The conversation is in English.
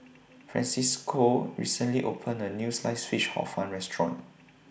Francisco recently opened A New Sliced Fish Hor Fun Restaurant